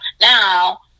Now